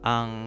Ang